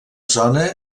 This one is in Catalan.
zona